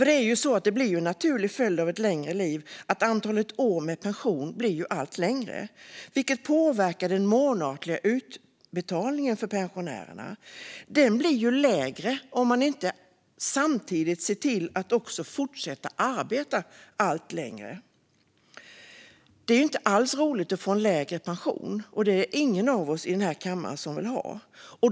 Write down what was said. Det blir ju en naturlig följd av ett längre liv att antalet år med pension blir allt större, vilket påverkar den månatliga utbetalningen för pensionärerna. Den blir lägre om man inte samtidigt ser till att fortsätta arbeta allt längre. Det är inte alls roligt att få en lägre pension, och det är ingen av oss i den här kammaren som vill ha det.